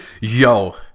Yo